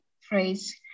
phrase